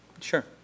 sure